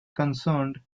concerned